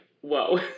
Whoa